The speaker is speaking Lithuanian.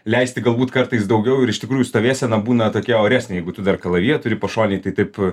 leisti galbūt kartais daugiau ir iš tikrųjų stovėsena būna tokia oresnė jeigu tu dar kalaviją turi pašonėj tai taip